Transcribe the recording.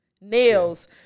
Nails